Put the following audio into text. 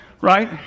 right